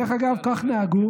דרך אגב, כך נהגו